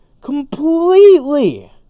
Completely